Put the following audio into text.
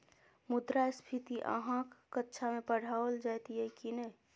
मुद्रास्फीति अहाँक कक्षामे पढ़ाओल जाइत यै की नै?